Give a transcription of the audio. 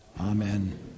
Amen